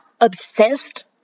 obsessed